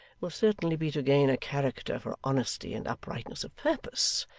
will certainly be to gain a character for honesty and uprightness of purpose,